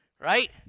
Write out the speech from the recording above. right